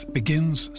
begins